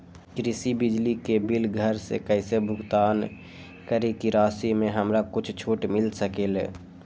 कृषि बिजली के बिल घर से कईसे भुगतान करी की राशि मे हमरा कुछ छूट मिल सकेले?